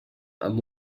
amb